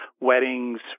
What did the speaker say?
weddings